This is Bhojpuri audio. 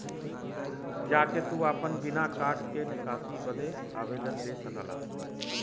जा के तू आपन बिना कार्ड के निकासी बदे आवेदन दे सकेला